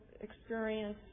experience